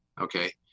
okay